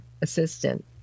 assistant